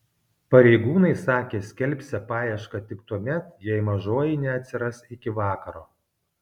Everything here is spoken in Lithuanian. pareigūnai sakė skelbsią paiešką tik tuomet jei mažoji neatsiras iki vakaro